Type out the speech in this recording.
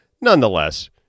Nonetheless